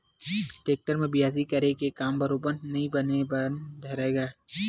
tractor म बियासी करे के काम बरोबर नइ बने बर धरय गा